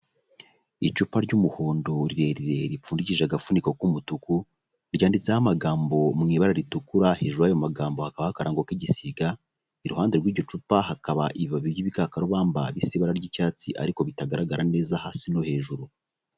Icupa ry'umuhondo rirerire ripfundikishije agafuniko k'umutuku, ryanditseho amagambo mu ibara ritukura, hejuru y'ayo magambo hakabaho akarango k'igisiga, iruhande rw'iryo cupa hakaba ibibabi by'igikakarubamba bisa ibara ry'icyatsi, ariko bitagaragara neza hasi no hejuru.